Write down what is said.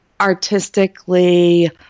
artistically